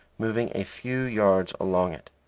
moving a few yards along it.